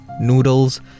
noodles